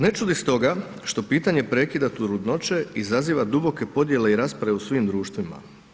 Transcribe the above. Ne čudi stoga što pitanje prekida trudnoće izaziva duboke podjele i rasprave u svim društvima.